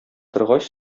торгач